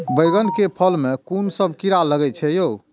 बैंगन के फल में कुन सब कीरा लगै छै यो?